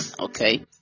okay